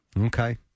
okay